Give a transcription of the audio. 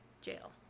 jail